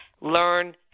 learn